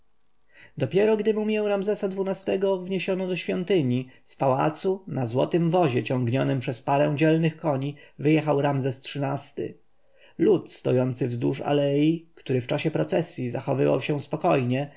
dopiero gdy mumję ramzesa xii-go wniesiono do świątyni z pałacu na złotym wozie ciągnionym przez parę dzielnych koni wyjechał ramzes xiii-ty lud stojący wzdłuż alei który w czasie procesji zachowywał się spokojnie